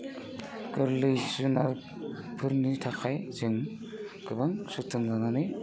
गोरलै जुनादफोरनि थाखाय जों गोबां जोथोन लानानै